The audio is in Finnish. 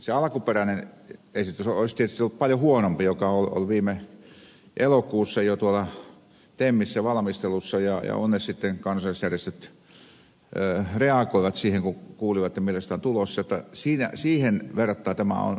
se alkuperäinen esitys olisi tietysti ollut paljon huonompi joka oli viime elokuussa jo tuolla temmissä valmistelussa ja onneksi sitten kansalaisjärjestöt reagoivat siihen kun kuulivat mitä sieltä on tulossa ja siihen verrattuna tämä on parannus